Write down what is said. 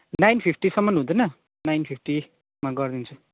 nine फिफ्टीसम्म हुँदैन nine फिफ्टीमा गरिदिन्छु